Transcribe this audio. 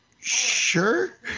Sure